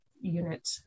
unit